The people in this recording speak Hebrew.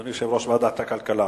אדוני יושב-ראש ועדת הכלכלה,